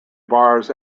bars